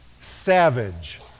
Savage